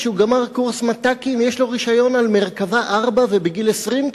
כשהוא גמר קורס מט"קים יש לו רשיון על "מרכבה-4"; ובגיל 20,